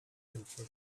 helper